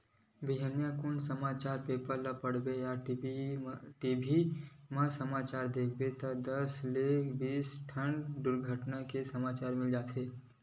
बिहनिया कुन समाचार पेपर ल पड़बे या टी.भी म समाचार देखबे त दस ले बीस ठन दुरघटना के समाचार मिली जाथे